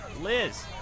Liz